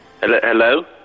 hello